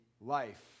life